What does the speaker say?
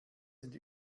sind